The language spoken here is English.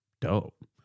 dope